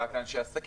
אם זה רק אנשי עסקים?